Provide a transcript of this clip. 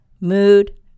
mood